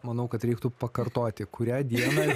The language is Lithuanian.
manau kad reiktų pakartoti kurią dieną